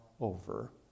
over